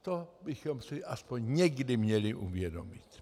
To bychom si aspoň někdy měli uvědomit.